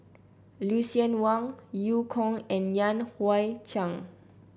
Lucien Wang Eu Kong and Yan Hui Chang